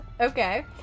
Okay